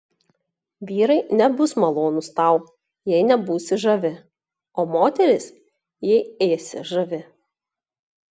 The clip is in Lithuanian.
vyrai nebus malonūs tau jei nebūsi žavi o moterys jei ėsi žavi